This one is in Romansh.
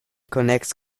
connex